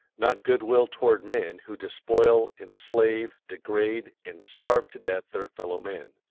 not good will toward men who despoil, enslave, degrade, and starve to death their fellow-men.